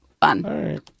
fun